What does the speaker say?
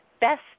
best